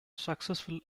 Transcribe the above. successful